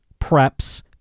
preps